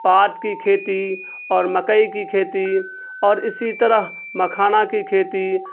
پاٹ کی کھیتی اور مکئی کی کھیتی اور اسی طرح مکھانا کی کھیتی